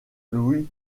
louis